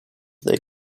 they